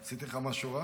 עשיתי לך משהו רע?